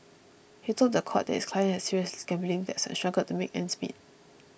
he told the court that his client had serious gambling debts and struggled to make ends meet